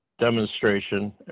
Demonstration